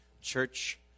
church